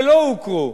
שלא הוכרו,